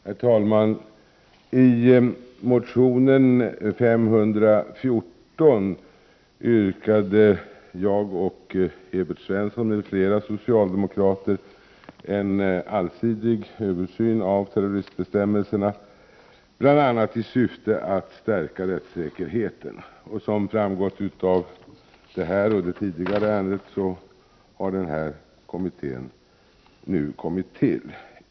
Herr talman! I motion Sf514 yrkade jag och Evert Svensson m.fl. socialdemokrater på en allsidig översyn av terroristbestämmelserna, bl.a. i syfte att stärka rättssäkerheten. Som framgått av debatten om det här och det tidigare ärendet har denna kommitté nu tillsatts.